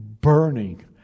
burning